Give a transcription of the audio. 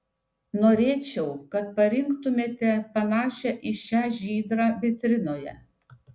norėčiau kad parinktumėte panašią į šią žydrą vitrinoje